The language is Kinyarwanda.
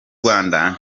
rwanda